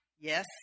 yes